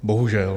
Bohužel.